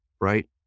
right